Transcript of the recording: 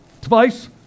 Twice